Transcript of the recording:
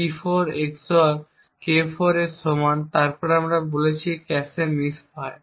P4 XOR K4 এর সমান তারপর আমরা একটি ক্যাশে মিস পাই